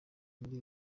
muri